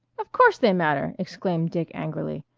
of course they matter! exclaimed dick angrily.